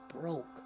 broke